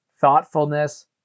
thoughtfulness